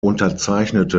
unterzeichnete